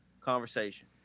conversation